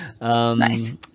Nice